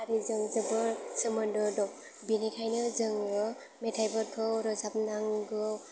हारिजों जोबोद सोमोन्दो दं बिनिखायनो जोङो मेथाइफोरखौ रोजाबनांगौ